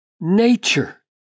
nature